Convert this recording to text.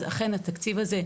אז אכן התקציב הזה,